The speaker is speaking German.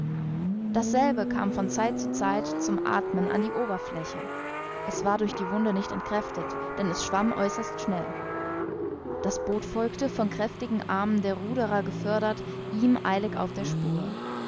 dasselbe kam von zeit zu zeit zum athmen an die oberfläche es war durch die wunde nicht entkräftet denn es schwamm äußerst schnell das boot folgte von kräftigen armen der ruderer gefördert ihm eilig auf der spur